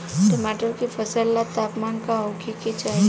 टमाटर के फसल ला तापमान का होखे के चाही?